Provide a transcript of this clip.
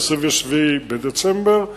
27 בדצמבר,